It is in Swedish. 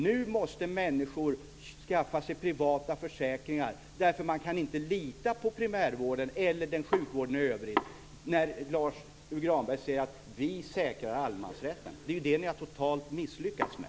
Nu måste människor skaffa sig privata försäkringar därför att de inte kan lita på primärvården och sjukvården i övrigt. Lars U Granberg säger att Socialdemokraterna säkrar allemansrätten. Det är ju det som ni totalt har misslyckats med.